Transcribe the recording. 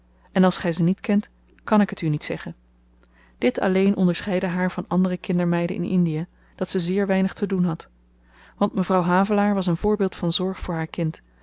en als gy ze niet kent kan ik het u niet zeggen dit alleen onderscheidde haar van andere kindermeiden in indie dat ze zeer weinig te doen had want mevrouw havelaar was een voorbeeld van zorg voor haar kind